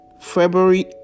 February